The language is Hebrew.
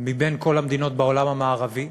מבין כל המדינות בעולם המערבי.